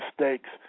mistakes